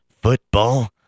Football